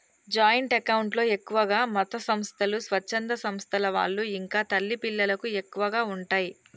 joint account లో ఎక్కువగా మతసంస్థలు, స్వచ్ఛంద సంస్థల వాళ్ళు ఇంకా తల్లి పిల్లలకు ఎక్కువగా ఉంటయ్